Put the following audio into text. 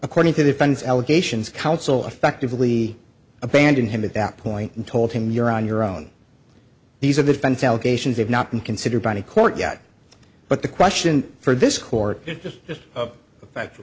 according to defense allegations counsel effectively abandoned him at that point and told him you're on your own these are the defense allegations have not been considered by the court yet but the question for this court is just